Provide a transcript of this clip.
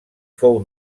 fou